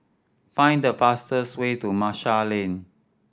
find the fastest way to Marshall Lane